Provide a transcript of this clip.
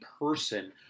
person